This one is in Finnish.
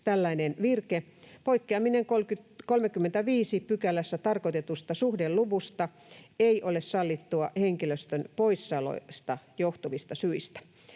tällainen virke: ”Poikkeaminen 35 §:ssä tarkoitetusta suhdeluvusta ei ole sallittua henkilöstön poissaoloista johtuvista syistä.”